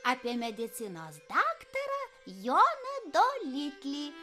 apie medicinos daktarą joną doliklį